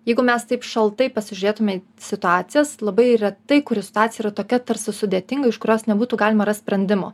jeigu mes taip šaltai pasižiūrėtume situacijas labai retai kuri situacija tokia tarsi sudėtinga iš kurios nebūtų galima rast sprendimo